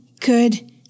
good